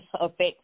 affects